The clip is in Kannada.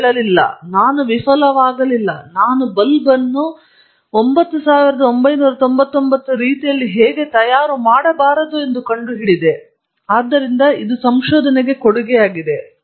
ಅವನು ಹೇಳಲಿಲ್ಲ ನಾನು ವಿಫಲವಾಗಲಿಲ್ಲ ನಾನು ಬಲ್ಬ್ ಅನ್ನು 9999 ರೀತಿಯಲ್ಲಿ ಹೇಗೆ ಮಾಡಬಾರದು ಎಂದು ಕಂಡುಹಿಡಿದಿದೆ ಆದ್ದರಿಂದ ಇದು ಸಂಶೋಧನೆಗೆ ಕೊಡುಗೆಯಾಗಿದೆ